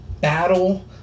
battle